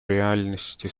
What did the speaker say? реальности